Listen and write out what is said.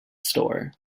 store